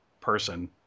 person